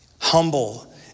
Humble